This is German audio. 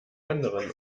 anderen